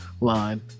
line